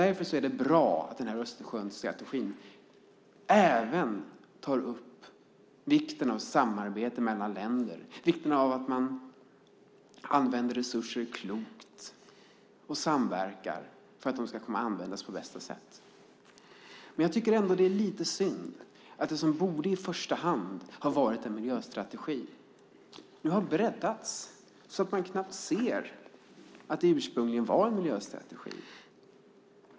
Därför är det bra att man i den här Östersjöstrategin även tar upp vikten av samarbete mellan länder, vikten av att använda resurser på ett klokt sätt och vikten av att samverka så att resurserna kan användas på bästa sätt. Det är ändå lite synd att det som i första hand borde ha varit en miljöstrategi nu har breddats så att man knappt ser att det ursprungligen var en miljöstrategi.